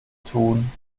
tun